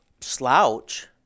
slouch